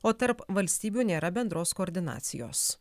o tarp valstybių nėra bendros koordinacijos